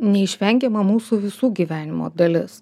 neišvengiama mūsų visų gyvenimo dalis